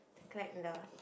collect the